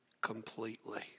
completely